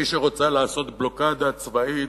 מי שרוצה לעשות בלוקדה צבאית,